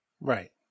Right